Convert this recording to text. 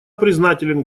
признателен